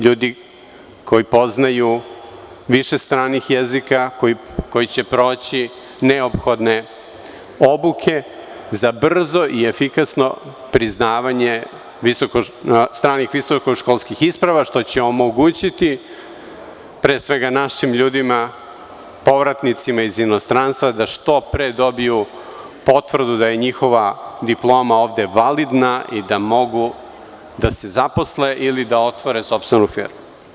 Ljudi koji poznaju više stranih jezika, koji će proći neophodne obuke za brzo i efikasno priznavanje stranih visokoškolskih isprava, što će omogućiti pre svega našim ljudima povratnicima iz inostranstva da što pre dobiju potvrdu da je njihova diploma ovde validna i da mogu da se zaposle ili da otvore sopstvenu firmu.